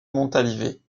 montalivet